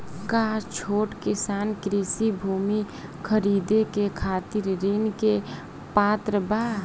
का छोट किसान कृषि भूमि खरीदे के खातिर ऋण के पात्र बा?